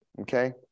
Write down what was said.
Okay